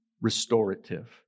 restorative